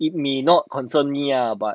it may not concern me lah but